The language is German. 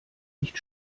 nicht